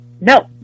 no